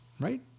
Right